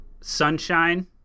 Sunshine